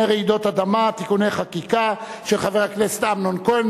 רעידות אדמה (תיקוני חקיקה) של חבר הכנסת אמנון כהן,